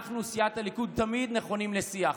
אנחנו, סיעת הליכוד, תמיד נכונים לשיח.